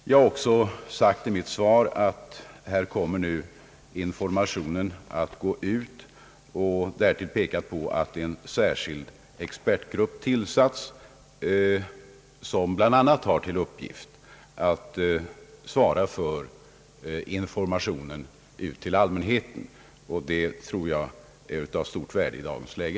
Jag har också framhållit att en särskild expertgrupp tillsatts med uppgift att svara för informationen till bl a allmänheten, och det tror jag är av stort värde i dagens läge.